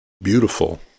beautiful